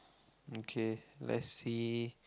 okay let's see